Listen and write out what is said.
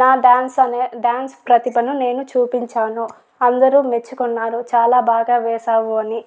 నా డ్యాన్స్ అనే డ్యాన్స్ ప్రతిభను నేను చూపించాను అందరూ మెచ్చుకున్నారు చాలా బాగా వేశావు అని